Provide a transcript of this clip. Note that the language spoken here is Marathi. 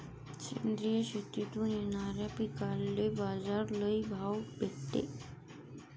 सेंद्रिय शेतीतून येनाऱ्या पिकांले बाजार लई भाव भेटते